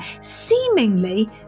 seemingly